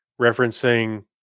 referencing